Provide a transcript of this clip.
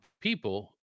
people